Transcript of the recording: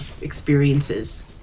experiences